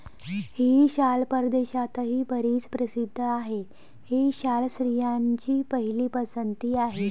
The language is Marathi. ही शाल परदेशातही बरीच प्रसिद्ध आहे, ही शाल स्त्रियांची पहिली पसंती आहे